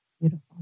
Beautiful